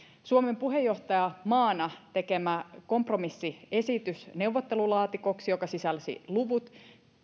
suomen puheenjohtajamaana tekemässä kompromissiesityksessä neuvottelulaatikoksi joka sisälsi luvut